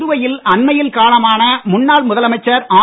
புதுவையில் அண்மையில் காலமான முன்னாள் முதலமைச்சர் ஆர்